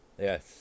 Yes